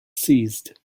seized